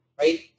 right